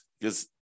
because-